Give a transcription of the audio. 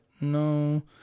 no